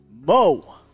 mo